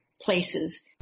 places